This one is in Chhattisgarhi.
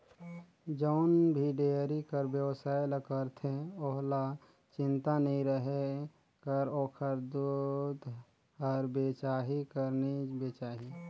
जउन भी डेयरी कर बेवसाय ल करथे ओहला चिंता नी रहें कर ओखर दूद हर बेचाही कर नी बेचाही